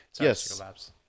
yes